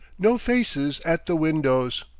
no faces at the windows.